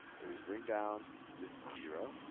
then we bring down this zero.